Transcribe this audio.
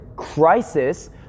crisis